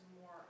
more